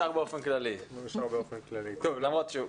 בבקשה.